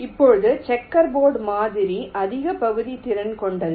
இப்போது checker board மாதிரி அதிக பகுதி திறன் கொண்டது